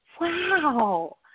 Wow